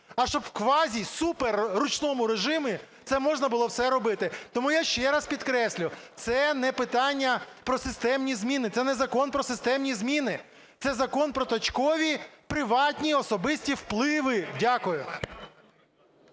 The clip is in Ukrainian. а щоб в квазі, супер ручному режимі це можна було все робити. Тому я ще раз підкреслюю, це не питання про системні зміни, це не закон про системні зміни – це закон про точкові приватні особисті впливи. Дякую.